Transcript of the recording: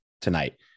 tonight